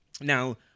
Now